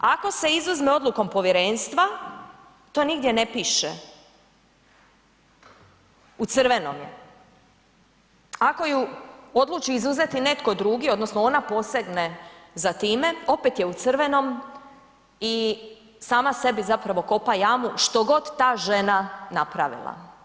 Ako se izuzme odlukom povjerenstva to nigdje ne piše, u crvenom je, ako je odluči izuzeti netko drugi odnosno ona posegne za time, opet je u crvenom i sama sebi zapravo kopa jamu što god ta žena napravila.